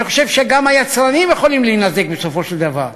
אני חושב שגם היצרנים יכולים להינזק בסופו של דבר,